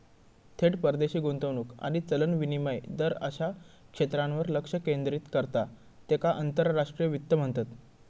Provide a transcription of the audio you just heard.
थेट परदेशी गुंतवणूक आणि चलन विनिमय दर अश्या क्षेत्रांवर लक्ष केंद्रित करता त्येका आंतरराष्ट्रीय वित्त म्हणतत